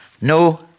no